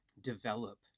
develop